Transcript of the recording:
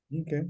Okay